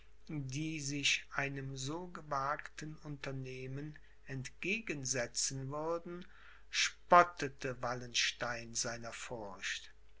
die sich einem so gewagten unternehmen entgegensetzen würden spottete wallenstein seiner furcht